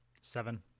Seven